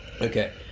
Okay